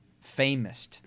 famous